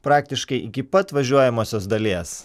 praktiškai iki pat važiuojamosios dalies